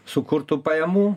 sukurtų pajamų